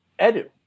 Edu